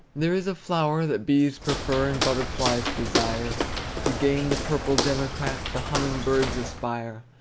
there is a flower that bees prefer, and butterflies desire to gain the purple democrat the humming-birds aspire.